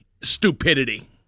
stupidity